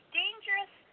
dangerous